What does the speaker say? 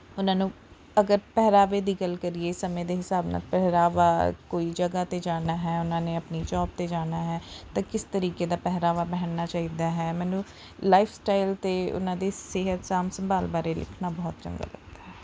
ਉਨ੍ਹਾਂ ਨੂੰ ਅਗਰ ਪਹਿਰਾਵੇ ਦੀ ਗੱਲ ਕਰੀਏ ਸਮੇਂ ਦੇ ਹਿਸਾਬ ਨਾਲ ਪਹਿਰਾਵਾ ਕੋਈ ਜਗ੍ਹਾ 'ਤੇ ਜਾਣਾ ਹੈ ਉਹਨਾਂ ਨੇ ਆਪਣੀ ਜੋਬ 'ਤੇ ਜਾਣਾ ਹੈ ਤਾਂ ਕਿਸ ਤਰੀਕੇ ਦਾ ਪਹਿਰਾਵਾ ਪਹਿਨਣਾ ਚਾਹੀਦਾ ਹੈ ਮੈਨੂੰ ਲਾਈਫ ਸਟਾਈਲ 'ਤੇ ਉਹਨਾਂ ਦੀ ਸਿਹਤ ਸਾਂਭ ਸੰਭਾਲ ਬਾਰੇ ਲਿਖਣਾ ਬਹੁਤ ਚੰਗਾ ਲੱਗਦਾ ਹੈ